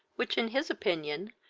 which, in his opinion,